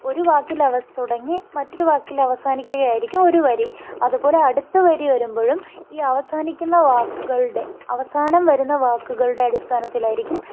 ഒരു വാക്കിൽ അവ തുടങ്ങി മറ്റൊരു വാക്കിൽ അവസാനിക്കുകയായിരിക്കും ഒരു വരി അതുപോലെ അടുത്ത വരി വരുമ്പോഴും ഈ അവസാനിക്കുന്ന വാക്കുകളുടെ അവസാനം വരുന്ന വാക്കുകളുടെ അടിസ്ഥാനത്തിലായിരിക്കും